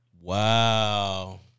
Wow